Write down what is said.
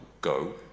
go